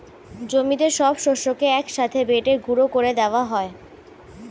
জমিতে সব শস্যকে এক সাথে বেটে গুঁড়ো করে দেওয়া হয়